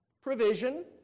provision